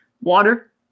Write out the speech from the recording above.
water